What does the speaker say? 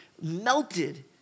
melted